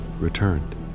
returned